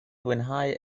fwynhau